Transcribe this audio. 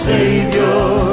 Savior